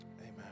Amen